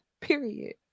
period